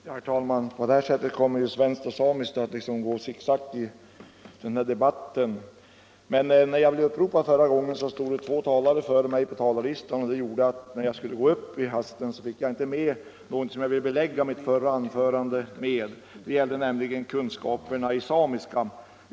Herr talman! På det här sättet kommer svenskt och samiskt att gå sicksack i den här debatten — när jag förra gången blev uppropad stod det två talare före mig på talarlistan, och det gjorde att jag i hasten inte fick med mig det material som jag ville använda för att belysa vad jag sade i mitt anförande om kunskaperna i samiska.